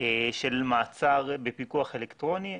של מעצר בפיקוח אלקטרוני.